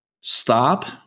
stop